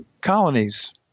colonies